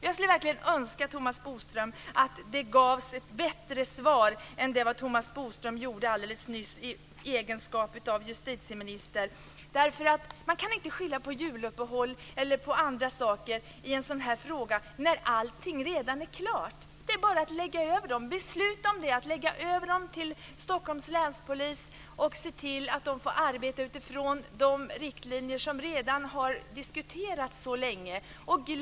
Jag skulle verkligen önska att Thomas Bodström gav ett bättre svar än han gjorde alldeles nyss i egenskap av justitieminister. Man kan inte skylla på juluppehåll, t.ex., när allting redan är klart. Det är bara att besluta om att föra över styrkan till Rikspolisstyrelsen och se till att den får arbeta utifrån de riktlinjer som har diskuterats så länge.